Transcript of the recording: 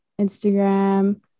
instagram